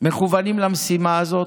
מכוונים למשימה הזאת.